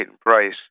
price